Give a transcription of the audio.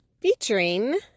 featuring